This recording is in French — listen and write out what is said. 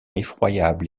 effroyable